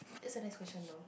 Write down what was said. is the next question though